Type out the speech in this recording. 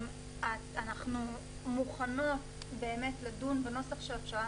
אנחנו מוכנות לדון בנוסח הפשרה.